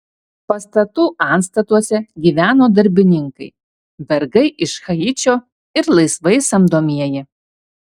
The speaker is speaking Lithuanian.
pastatų antstatuose gyveno darbininkai vergai iš haičio ir laisvai samdomieji